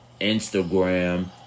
Instagram